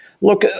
Look